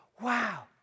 wow